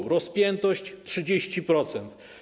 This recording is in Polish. To rozpiętość 30%.